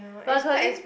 but according